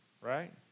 right